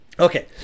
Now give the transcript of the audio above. Okay